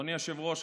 אדוני היושב-ראש,